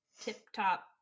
tip-top